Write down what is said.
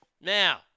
Now